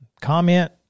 comment